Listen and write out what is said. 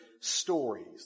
stories